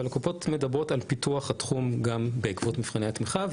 אבל הן מדברות על פיתוח התחום גם בעקבות מבחני התמיכה,